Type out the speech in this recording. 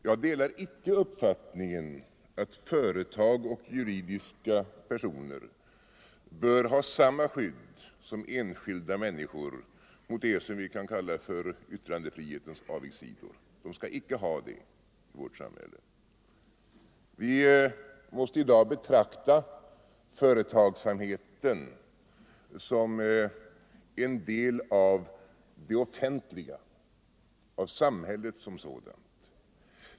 Jag delar icke uppfattningen att företag och juridiska personer bör ha samma skydd som enskilda människor mot det som vi kan kalla yttrandefrihetens avigsidor. Det skall icke ha det i vårt samhälle. Vi måste i dag betrakta företagsamheten som en del av det offentliga, av samhället som sådant.